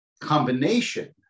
combination